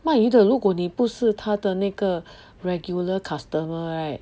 卖鱼的如果你不是他的那个 regular customer right